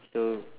so